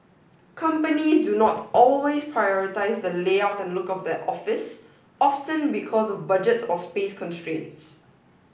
companies do not always prioritise the layout and look of their office often because of budget or space constraints